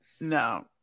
No